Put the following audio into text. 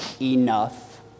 enough